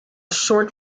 short